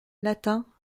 latin